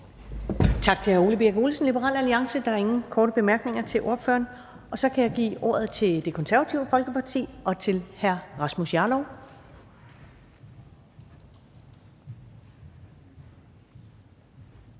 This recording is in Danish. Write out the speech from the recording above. Tak til hr. Ole Birk Olesen, Liberal Alliance. Der er ingen korte bemærkninger til ordføreren. Så kan jeg give ordet til ordføreren for Det Konservative Folkeparti, hr. Rasmus Jarlov.